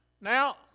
Now